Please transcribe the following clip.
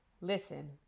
listen